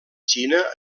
xina